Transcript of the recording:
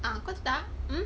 ah kau ada tak